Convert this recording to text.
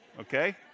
okay